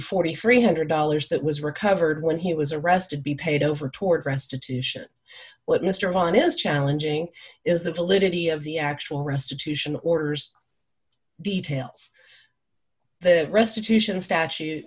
thousand three hundred dollars that was recovered when he was arrested be paid over toward restitution what mr vine is challenging is that a little of the actual restitution orders details the restitution statute